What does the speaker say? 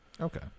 okay